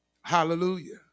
Hallelujah